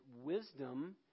wisdom